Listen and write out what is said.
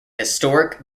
historic